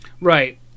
Right